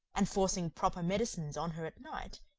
and forcing proper medicines on her at night,